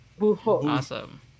awesome